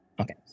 Okay